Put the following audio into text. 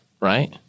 right